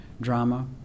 drama